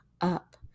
up